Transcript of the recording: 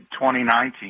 2019